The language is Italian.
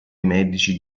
medici